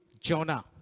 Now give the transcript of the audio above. Jonah